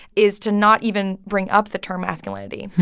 is to not even bring up the term masculinity,